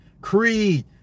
Creed